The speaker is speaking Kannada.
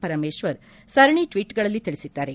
ಪರಮೇಶ್ವರ್ ಸರಣಿ ಟ್ವೀಟ್ ಗಳಲ್ಲಿ ತಿಳಿಸಿದ್ದಾರೆ